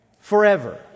forever